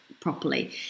properly